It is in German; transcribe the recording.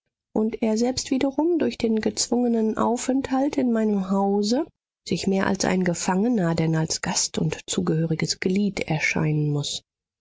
und er selbst wiederum durch den gezwungenen aufenthalt in meinem hause sich mehr als ein gefangener denn als gast und zugehöriges glied erscheinen muß